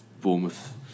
Bournemouth